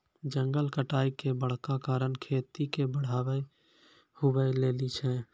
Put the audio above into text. जंगल कटाय के बड़का कारण खेती के बढ़ाबै हुवै लेली छै